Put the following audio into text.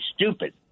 stupid